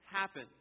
happen